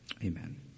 Amen